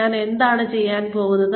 ഞാൻ എന്താണ് ചെയ്യാൻ പോകുന്നത്